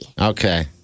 Okay